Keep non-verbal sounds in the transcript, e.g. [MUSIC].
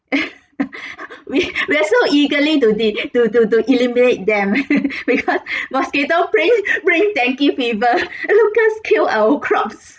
[LAUGHS] we we are so eagerly to e~ to to to eliminate them [LAUGHS] because mosquito bring bring dengue fever lucas kill our crops